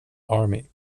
army